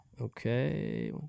Okay